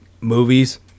movies